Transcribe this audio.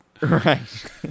Right